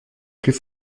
plus